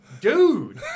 dude